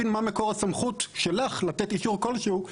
יהיו חזקים כמו מה שהולך ברשתות החברתיות,